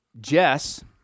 Jess